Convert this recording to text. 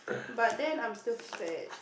but then I'm still fat